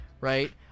right